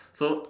so